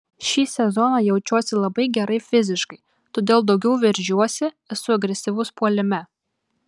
šį sezoną jaučiuosi labai gerai fiziškai todėl daugiau veržiuosi esu agresyvus puolime